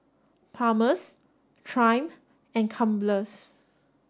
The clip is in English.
Palmer's Triumph and Crumpler